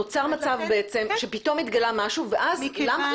נוצר מצב בעצם שפתאום התגלה משהו ואז כאילו